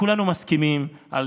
כולנו מסכימים על